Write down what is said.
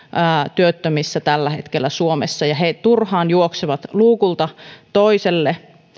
työttömissä tällä hetkellä suomessa ja he turhaan juoksevat luukulta toiselle